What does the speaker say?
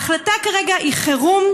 ההחלטה כרגע היא לחירום,